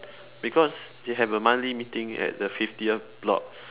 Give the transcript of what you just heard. because they have a monthly meeting at the fiftieth block